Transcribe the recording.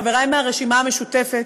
חברי מהרשימה המשותפת,